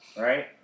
right